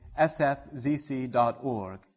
sfzc.org